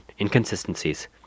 inconsistencies